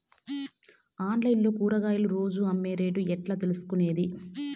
Online లో కూరగాయలు రోజు అమ్మే రేటు ఎట్లా తెలుసుకొనేది?